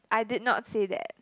I did not say that